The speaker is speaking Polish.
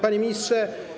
Panie Ministrze!